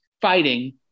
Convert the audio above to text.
fighting